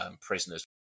prisoners